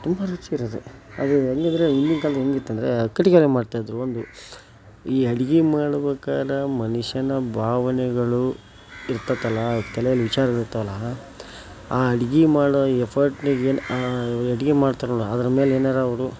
ತುಂಬ ರುಚಿ ಇರೋದು ಅದು ಹೇಗಿದ್ರೆ ಹಿಂದಿನ್ ಕಾಲ್ದಲ್ಲಿ ಹೇಗಿತ್ತಂದ್ರೆ ಕಟ್ಟಿಗೇಲ್ ಮಾಡ್ತಾ ಇದ್ದರು ಒಂದು ಈ ಅಡುಗೆ ಮಾಡ್ಬೇಕಾರೆ ಮನುಷ್ಯನ ಭಾವನೆಗಳು ಇರ್ತದಲ್ಲ ತಲೆಯಲ್ಲಿ ವಿಚಾರಗಳಿರ್ತಾವಲ್ಲ ಆ ಅಡುಗೆ ಮಾಡೋ ಎಫರ್ಟ್ನಾಗೇನು ಆ ಅಡುಗೆ ಮಾಡ್ತಾರಲ್ಲ ಅದ್ರ ಮೇಲೆನಾರಾ ಅವರು